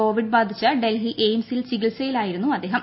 Covid ബാധിച്ച് ഡൽഹി എയിംസിൽ ചികിത്സയിലായിരുന്നു അദ്ദേഹം